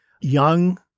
young